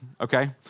okay